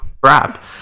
crap